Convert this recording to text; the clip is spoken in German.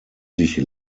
sich